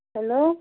hello